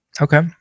Okay